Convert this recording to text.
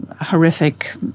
horrific